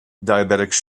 diabetics